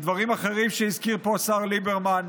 לדברים אחרים שהזכיר פה השר ליברמן.